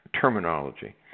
terminology